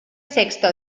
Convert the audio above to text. sexto